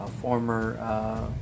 Former